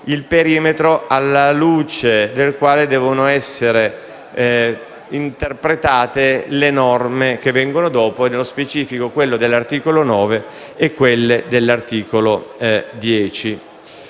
il perimetro alla luce del quale devono essere interpretate le norme che vengono dopo e nello specifico quelle degli articoli 9 e 10. L'articolo 9